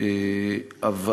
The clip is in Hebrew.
אבל